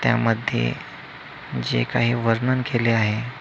त्यामध्ये जे काही वर्णन केले आहे